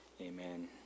Amen